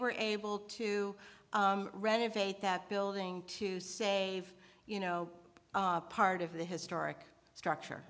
were able to renovate that building to save you know part of the historic structure